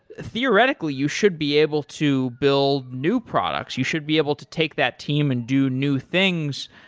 theoretically, you should be able to build new products. you should be able to take that team and do new things.